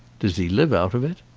does he live out of it?